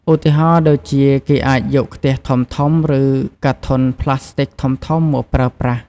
ឧទាហរណ៍ដូចជា គេអាចយកខ្ទះធំៗ ឬកាធន់ប្លាស្ទិកធំៗមកប្រើប្រាស់។